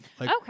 Okay